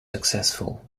successful